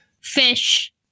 Fish